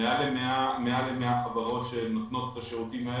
מעל ל-100 חברות שנותנות פה שירותים.